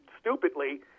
stupidly